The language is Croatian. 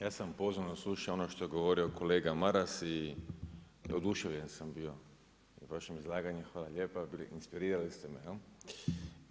Ja sam pozorno slušao ono što je govorio kolega Maras i oduševljen sam bio vašim izlaganjem, hvala lijepa, inspirirali ste me, jel.